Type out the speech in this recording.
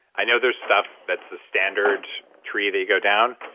i know there's stuff that's the standard tree that you go down,